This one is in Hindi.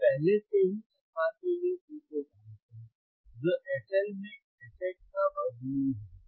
हम पहले से ही fR के लिए सूत्र जानते हैं जो fL में fH का वर्गमूल है